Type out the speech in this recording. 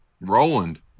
Roland